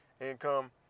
income